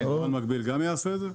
יבוא מקביל גם יעשה את זה?